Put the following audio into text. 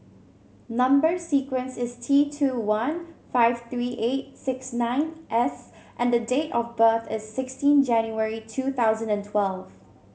number sequence is T two one five three eight six nine S and the date of birth is sixteen January two thousand and twelve